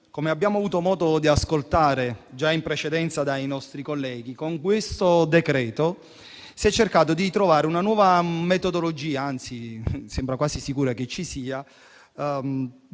come abbiamo avuto modo di ascoltare già in precedenza dai nostri colleghi, con questo decreto-legge si è cercato di trovare una nuova metodologia - anzi, sembra quasi sicuro che ci sia